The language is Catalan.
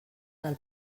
del